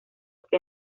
que